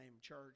church